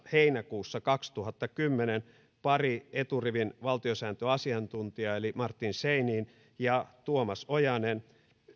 heinäkuussa kaksituhattakymmenen pari eturivin valtiosääntöasiantuntijaa martin scheinin ja tuomas ojanen